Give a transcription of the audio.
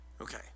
Okay